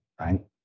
right